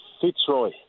Fitzroy